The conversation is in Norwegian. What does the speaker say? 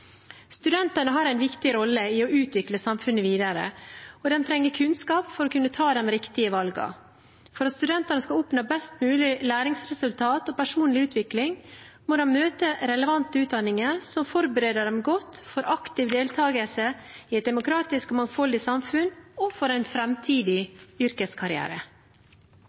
Studentene har en viktig rolle i å utvikle samfunnet videre, og de trenger kunnskap for å kunne ta de riktige valgene. For at studentene skal oppnå best mulig læringsresultat og personlig utvikling, må de møte relevante utdanninger som forbereder dem godt for aktiv deltakelse i et demokratisk og mangfoldig samfunn og for en framtidig yrkeskarriere.